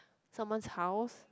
someone's house